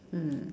mm